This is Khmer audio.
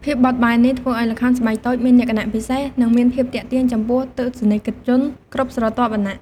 ភាពបត់បែននេះធ្វើឱ្យល្ខោនស្បែកតូចមានលក្ខណៈពិសេស និងមានភាពទាក់ទាញចំពោះទស្សនិកជនគ្រប់ស្រទាប់វណ្ណៈ។